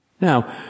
Now